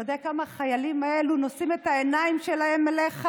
אתה יודע כמה החיילים האלו נושאים את העיניים שלהם אליך?